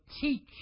teach